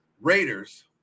Raiders